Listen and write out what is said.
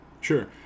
Sure